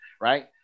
Right